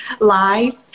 life